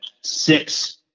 six